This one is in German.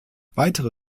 weitere